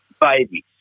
Babies